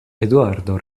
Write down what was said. eduardo